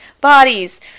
bodies